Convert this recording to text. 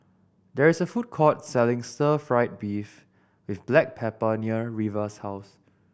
there is a food court selling Stir Fry beef with black pepper near Reva's house